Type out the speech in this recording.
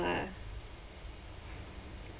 ya